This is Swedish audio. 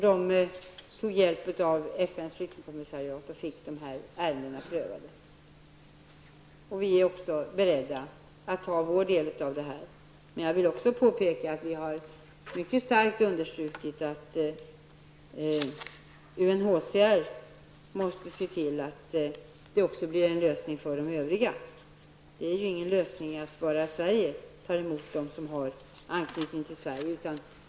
De tog hjälp av FNs flyktingkommissariat och fick ärendena prövade. Vi är också beredda att ta vår del av detta. Jag vill också påpeka att vi mycket starkt har understrukit att UNHCR måste se till att det även blir en lösning för de övriga. Det är ingen lösning att Sverige tar emot dem som har anknytning till Sverige.